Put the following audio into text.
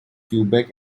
quebec